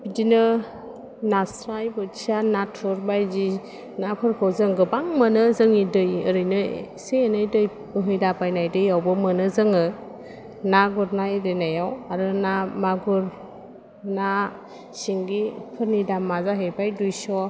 बिदिनो नास्राय बोथिया नाथुर बायदि नाफोरखौ जों गोबां मोनो जोंनि दै ओरैनो एसे एनै दै बोहैलाबायनाय दैयावबो मोनो जोङो ना गुरनाय इरिनायाव आरो ना मागुर ना सिंगि फोरनि दामा जाहैबाय दुइस'